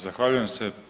Zahvaljujem se.